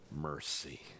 mercy